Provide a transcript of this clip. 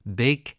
big